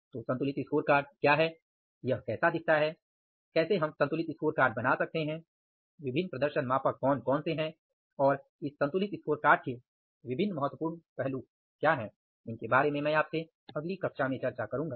तो संतुलित स्कोरकार्ड क्या है यह कैसा दिखता है कैसे हम संतुलित स्कोरकार्ड बना सकते हैं विभिन्न प्रदर्शन मापक कौन कौन से हैं और स्कोरकार्ड के विभिन्न महत्वपूर्ण पहलु क्या हैं इनके बारे में मैं आपसे अगली कक्षा में चर्चा करूंगा